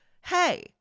hey